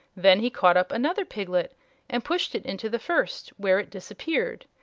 then he caught up another piglet and pushed it into the first, where it disappeared.